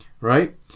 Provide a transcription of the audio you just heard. right